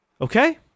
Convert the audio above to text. Okay